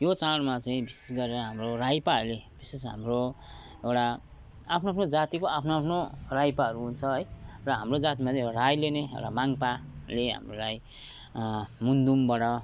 यो चाडमा चाहिँ विशेष गरेर हाम्रो राइपाहरूले विशेष हाम्रो एउटा आफ्नो आफ्नो जातिको आफ्नो आफ्नो राइपाहरू हुन्छ है र हाम्रो जातमा चाहिँ राईले नै एउटा माङ्पाले हामीलाई मुन्धुमबाट